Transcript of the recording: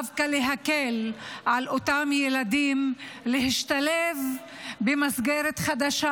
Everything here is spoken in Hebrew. אלא דווקא להקל על אותם ילדים להשתלב במסגרת חדשה